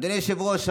אדוני היושב-ראש,